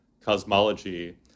cosmology